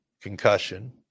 concussion